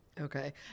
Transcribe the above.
Okay